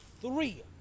three